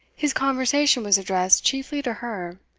his conversation was addressed chiefly to her,